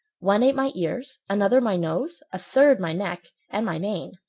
one ate my ears, another my nose, a third my neck and my mane.